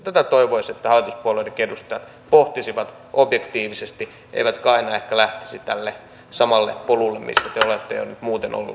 tätä toivoisi että hallituspuolueidenkin edustajat pohtisivat objektiivisesti eivätkä aina ehkä lähtisi tälle samalle polulle missä te olette jo nyt muuten olleet